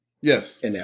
Yes